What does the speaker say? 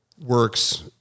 works